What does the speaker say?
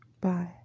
Bye